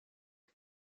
and